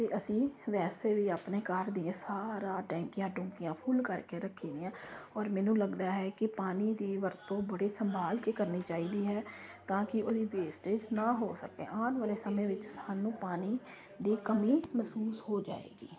ਅਤੇ ਅਸੀਂ ਵੈਸੇ ਵੀ ਆਪਣੇ ਘਰ ਦੀਆਂ ਸਾਰਾ ਟੈਂਕੀਆਂ ਟੁੰਕੀਆਂ ਫੁੱਲ ਕਰਕੇ ਰੱਖੀਦੀਆਂ ਔਰ ਮੈਨੂੰ ਲੱਗਦਾ ਹੈ ਕਿ ਪਾਣੀ ਦੀ ਵਰਤੋਂ ਬੜੇ ਸੰਭਾਲ ਕੇ ਕਰਨੀ ਚਾਹੀਦੀ ਹੈ ਤਾਂ ਕੀ ਉਹਦੀ ਵੇਸਟੇਜ਼ ਨਾ ਹੋ ਸਕੇ ਆਉਣ ਵਾਲੇ ਸਮੇਂ ਵਿੱਚ ਸਾਨੂੰ ਪਾਣੀ ਦੀ ਕਮੀ ਮਹਿਸੂਸ ਹੋ ਜਾਏਗੀ